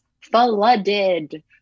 flooded